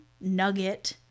Nugget